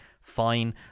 Fine